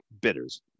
bitters